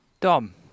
Dom